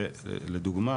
ולדוגמא,